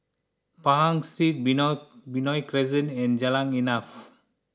Pahang Street Benoi Benoi Crescent and Jalan Insaf